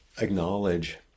acknowledge